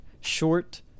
short